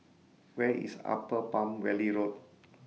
Where IS Upper Palm Valley Road